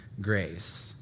grace